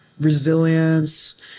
resilience